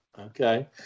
Okay